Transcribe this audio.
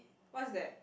what's that